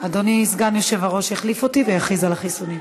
אדוני סגן היושב-ראש יחליף אותי ויכריז על החיסונים.